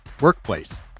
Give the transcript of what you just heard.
Workplace